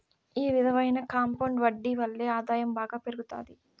ఈ విధమైన కాంపౌండ్ వడ్డీ వల్లే ఆదాయం బాగా పెరుగుతాది